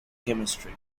chemistry